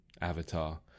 Avatar